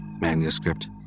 manuscript